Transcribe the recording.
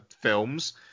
films